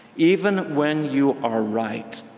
even when you are right!